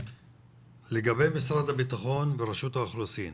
לגבי משרד הבטחון ורשות האוכלוסין,